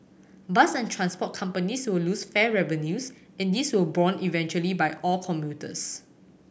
bus and transport companies will lose fare revenues and this will borne eventually by all commuters